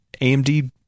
amd